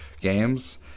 games